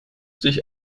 sich